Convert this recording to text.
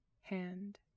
hand